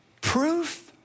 proof